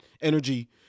energy